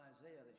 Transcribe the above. Isaiah